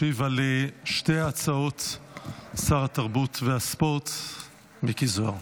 ישיב על שתי ההצעות שר התרבות והספורט מיקי זוהר.